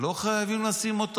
לא חייבים לשים אותו,